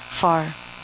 far